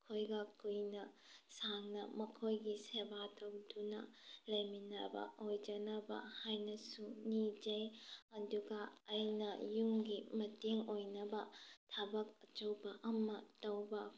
ꯈꯣꯏꯒ ꯀꯨꯏꯅ ꯁꯥꯡꯅ ꯃꯈꯣꯏꯒꯤ ꯁꯦꯕꯥ ꯇꯧꯗꯨꯅ ꯂꯩꯃꯤꯟꯅꯕ ꯑꯣꯏꯖꯅꯕ ꯍꯥꯏꯅꯁꯨ ꯅꯤꯖꯩ ꯑꯗꯨꯒ ꯑꯩꯅ ꯌꯨꯝꯒꯤ ꯃꯇꯦꯡ ꯑꯣꯏꯅꯕ ꯊꯕꯛ ꯑꯆꯧꯕ ꯑꯃ ꯇꯧꯕ